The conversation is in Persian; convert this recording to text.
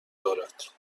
دارد